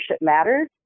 matters